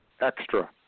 extra